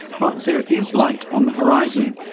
but there is light on the horizon.